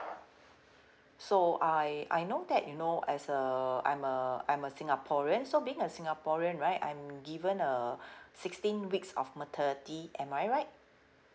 so I I know that you know as a I'm a I'm a singaporean so being a singaporean right I'm given a sixteen weeks of maternity am I right